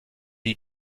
die